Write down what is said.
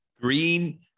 Green